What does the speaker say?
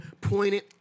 pointed